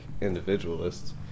individualists